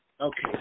Okay